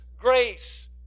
grace